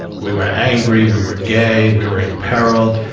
we were angry. we were gay. we were imperiled.